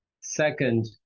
Second